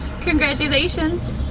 Congratulations